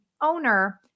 owner